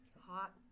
Hot